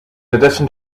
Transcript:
addition